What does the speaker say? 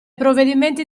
provvedimenti